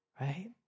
right